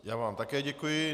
Já vám také děkuji.